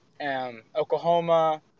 Oklahoma